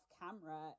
camera